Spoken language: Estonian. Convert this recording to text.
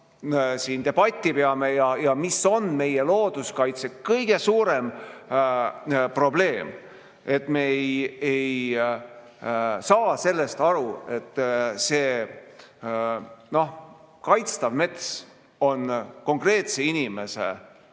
siin debatti peame. Mis on meie looduskaitse kõige suurem probleem? Et me ei saa sellest aru, et kaitstav mets on konkreetse inimese